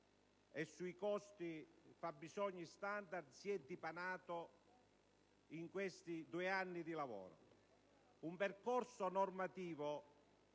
e sui costi e fabbisogni standard, si è dipanato in questi due anni di lavoro. Un percorso normativo